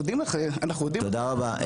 תודה רבה.